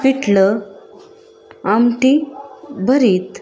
पिठलं आमटी भरीत